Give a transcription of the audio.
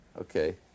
Okay